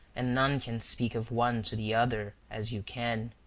and none can speak of one to the other as you can.